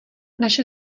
naše